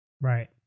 Right